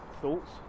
thoughts